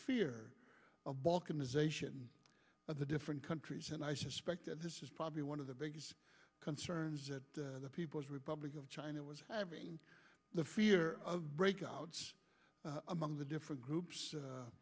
fear of balkanization of the different countries and i suspect that this is probably one of the biggest concerns that the people's republic of china was having the fear of breakout among the different groups